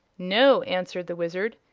no, answered the wizard.